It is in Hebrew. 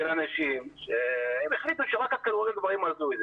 של אנשים, שהחליטו שרק כדורגל גברים עושה את זה.